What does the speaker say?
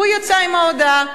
והוא יצא עם ההודעה.